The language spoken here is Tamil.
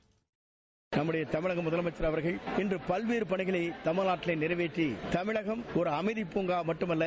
சவுண்ட் பைட் செங்கோட்டையன் நம்முடைய தமிழக முதலமைச்சர் அவர்கள் இன்று பல்வேறு பணிகளை தமிழ்நாட்டில் நிறைவேற்றி தமிழகம் ஒரு அமைதிப்பூங்கா மட்டுமல்ல